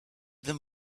them